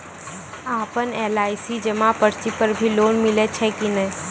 आपन एल.आई.सी जमा पर्ची पर भी लोन मिलै छै कि नै?